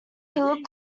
looked